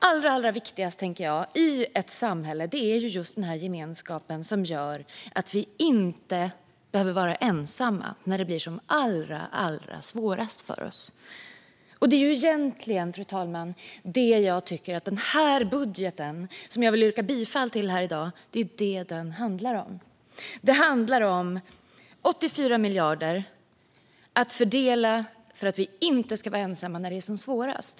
Allra, allra viktigast i ett samhälle, tänker jag, är just gemenskapen, som gör att vi inte behöver vara ensamma när det blir som allra, allra svårast för oss. Det är egentligen, fru talman, det jag tycker att denna budget, som jag vill yrka bifall till i dag, handlar om. Det handlar om 84 miljarder att fördela för att vi inte ska vara ensamma när det är som svårast.